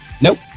Nope